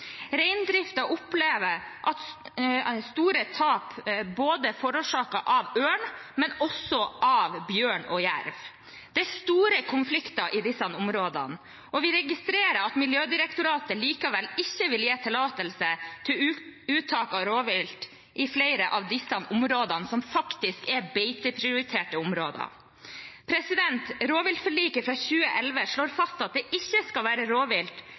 opplever store tap forårsaket av både ørn, bjørn og jerv. Det er store konflikter i disse områdene, og vi registrerer at Miljødirektoratet likevel ikke vil gi tillatelse til uttak av rovvilt i flere av disse områdene, som faktisk er beiteprioriterte områder. Rovviltforliket fra 2011 slår fast at det ikke skal være rovvilt